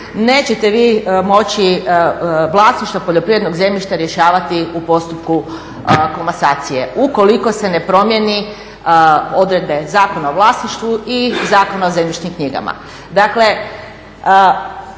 Nećete vi moći vlasništvo poljoprivrednog zemljišta rješavati u postupku komasacije ukoliko se ne promjeni odredbe Zakona o vlasništvu i Zakona o zemljišnim knjigama.